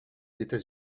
états